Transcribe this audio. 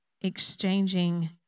exchanging